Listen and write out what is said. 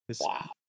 Wow